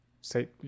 say